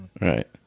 Right